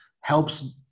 helps